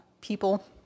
people